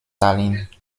tallinn